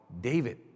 David